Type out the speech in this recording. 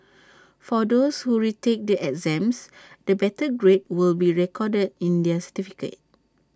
for those who retake the exams the better grade will be recorded in their certificate